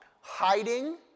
hiding